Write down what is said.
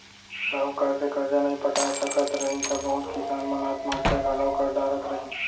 साहूकार के करजा नइ पटाय सकत रहिन त बहुत किसान मन आत्म हत्या घलौ कर डारत रहिन